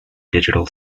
digital